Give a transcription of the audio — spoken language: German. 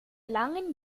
langen